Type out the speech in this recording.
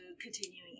continuing